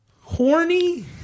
horny